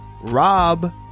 Rob